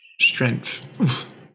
Strength